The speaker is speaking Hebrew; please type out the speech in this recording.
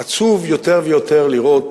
עצוב יותר ויותר לראות